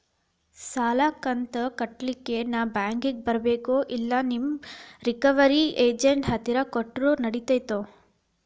ಸಾಲದು ಕಂತ ಕಟ್ಟಲಿಕ್ಕೆ ನಾನ ಬ್ಯಾಂಕಿಗೆ ಬರಬೇಕೋ, ಇಲ್ಲ ನಿಮ್ಮ ರಿಕವರಿ ಏಜೆಂಟ್ ಹತ್ತಿರ ಕೊಟ್ಟರು ನಡಿತೆತೋ?